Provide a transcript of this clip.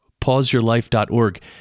Pauseyourlife.org